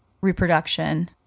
reproduction